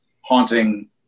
haunting